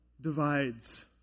divides